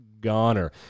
goner